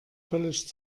völlig